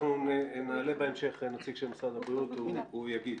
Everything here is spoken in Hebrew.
אנחנו נעלה בהמשך נציג של משרד הבריאות והוא יגיב.